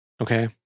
Okay